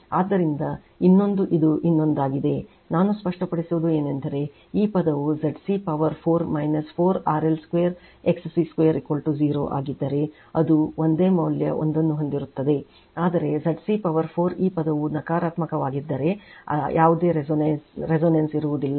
ಆದ್ದರಿಂದ ಇನ್ನೊಂದು ಇದು ಇನ್ನೊಂದಾಗಿದೆ ನಾನು ಸ್ಪಷ್ಟಪಡಿಸುವುದು ಏನೆಂದರೆ ಈ ಪದವು ZC ಪವರ್4 4 RL2 XC2 0 ಆಗಿದ್ದರೆ ಅದು ಒಂದೇ ಮೌಲ್ಯ ಒಂದನ್ನು ಹೊಂದಿರುತ್ತದೆ ಆದರೆ ZC ಪವರ್ 4 ಈ ಪದವು ನಕಾರಾತ್ಮಕವಾಗಿದ್ದರೆ ಯಾವುದೇ resonance ಇರುವುದಿಲ್ಲ